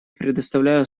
предоставляю